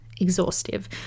exhaustive